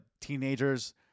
Teenagers